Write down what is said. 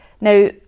Now